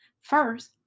First